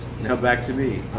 back to me.